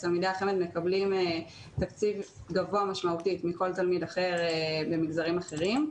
תלמידי החמ"ד מקבלים תקציב גבוה משמעותית מכל תלמיד אחר במגזרים אחרים.